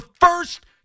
first